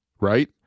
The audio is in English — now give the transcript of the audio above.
right